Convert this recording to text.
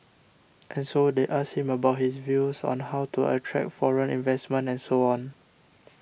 and so they asked him about his views on how to attract foreign investment and so on